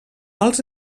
als